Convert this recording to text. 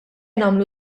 nagħmlu